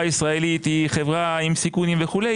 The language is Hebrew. הישראלית היא חברה עם סיכונים וכולי,